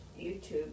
YouTube